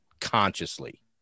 consciously